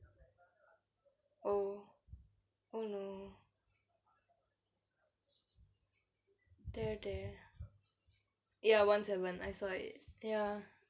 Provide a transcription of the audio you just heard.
oh oh no there there ya one seven I saw it ya